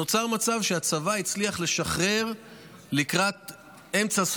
נוצר מצב שהצבא הצליח לשחרר לקראת אמצע,